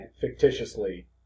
fictitiously